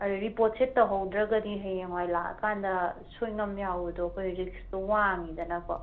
ꯔꯤꯄꯣꯔꯠꯁꯦ ꯇꯍꯧꯗ꯭ꯔꯒꯗꯤ ꯍꯌꯦꯡꯋꯥꯏ ꯂꯥꯛꯑꯀꯥꯟꯗ ꯑꯁꯣꯏ ꯑꯉꯥꯝ ꯌꯥꯎꯕꯗꯣ ꯑꯩꯈꯣꯏ ꯔꯤꯛꯁꯇꯣ ꯋꯥꯡꯉꯤꯗꯅꯀꯣ